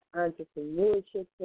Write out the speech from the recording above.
entrepreneurship